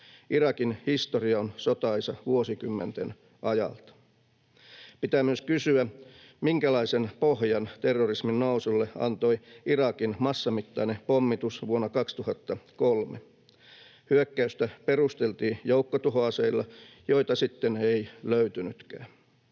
Irakin historia on sotaisa vuosikymmenten ajalta. Pitää myös kysyä, minkälaisen pohjan terrorismin nousulle antoi Irakin massamittainen pommitus vuonna 2003. Hyökkäystä perusteltiin joukkotuhoaseilla, joita ei sitten löytynytkään.